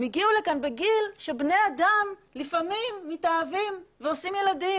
הם הגיעו לכאן בגיל שבני אדם לפעמים מתאהבים ועושים ילדים,